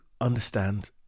understand